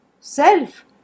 self